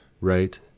right